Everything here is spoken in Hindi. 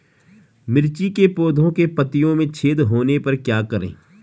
मिर्ची के पौधों के पत्तियों में छेद होने पर क्या करें?